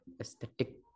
aesthetic